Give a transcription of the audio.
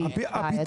היא בעייתית.